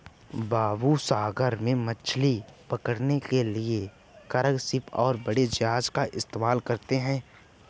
बाबू सागर में मछली पकड़ने के लिए कार्गो शिप और बड़ी जहाज़ का इस्तेमाल होता है